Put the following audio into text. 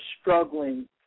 struggling